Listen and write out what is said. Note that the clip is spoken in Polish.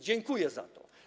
Dziękuję za to.